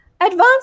advanced